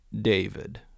David